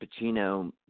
Pacino